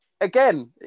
again